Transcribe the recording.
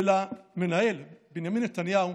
ולמנהל בנימין נתניהו: